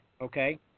okay